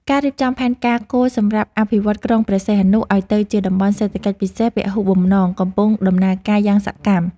ការរៀបចំផែនការគោលសម្រាប់អភិវឌ្ឍក្រុងព្រះសីហនុឱ្យទៅជាតំបន់សេដ្ឋកិច្ចពិសេសពហុបំណងកំពុងដំណើរការយ៉ាងសកម្ម។